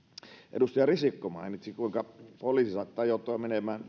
edustaja risikko mainitsi kuinka poliisi saattaa joutua menemään